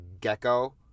gecko